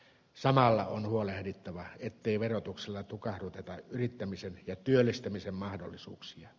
samalla on huolehdittava ettei verotuksella tukahduteta yrittämisen ja työllistämisen mahdollisuuksia